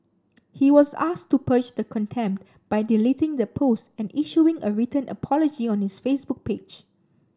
he was asked to purge the contempt by deleting the post and issuing a written apology on his Facebook page